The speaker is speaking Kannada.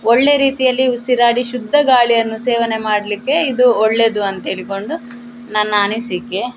ಒಳ್ಳೆಯ ರೀತಿಯಲ್ಲಿ ಉಸಿರಾಡಿ ಶುದ್ಧ ಗಾಳಿಯನ್ನು ಸೇವನೆ ಮಾಡಲಿಕ್ಕೆ ಇದು ಒಳ್ಳೆಯದು ಅಂತೇಳಿಕೊಂಡು ನನ್ನ ಅನಿಸಿಕೆ